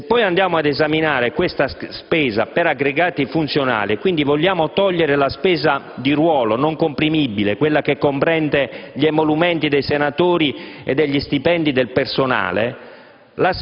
Se poi andiamo ad esaminare questa spesa per aggregati funzionali e togliamo la spesa non comprimibile per il ruolo, che comprende gli emolumenti dei senatori e gli stipendi del personale,